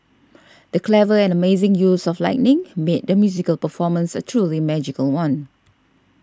the clever and amazing use of lighting made the musical performance a truly magical one